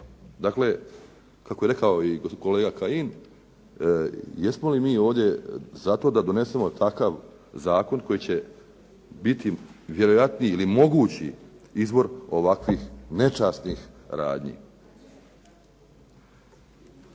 Dakle kako je rekao i kolega Kajin jesmo li mi ovdje za to da donesemo takav zakon koji će biti vjerojatniji ili mogući izvor ovakvih nečasnih radnji?